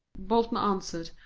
bolton answered,